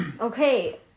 Okay